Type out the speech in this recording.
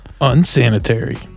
unsanitary